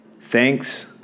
thanks